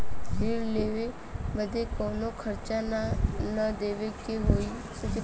ऋण लेवे बदे कउनो खर्चा ना न देवे के होई?